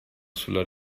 sulla